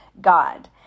God